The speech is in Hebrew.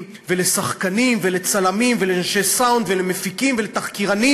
ולשחקנים ולצלמים ולאנשי סאונד ולמפיקים ולתחקירנים